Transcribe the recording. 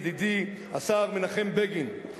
ידידי השר מנחם בגין,